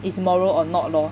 is moral or not lor